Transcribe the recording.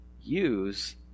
use